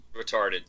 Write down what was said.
retarded